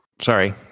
sorry